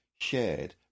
shared